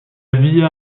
via